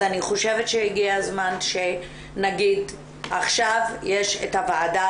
אז אני חושבת שהגיע הזמן שנגיד עכשיו יש את הוועדה